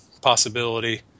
possibility